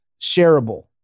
shareable